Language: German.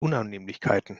unannehmlichkeiten